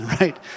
right